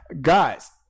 guys